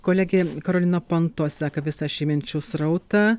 kolegė karolina panto seka visą šį minčių srautą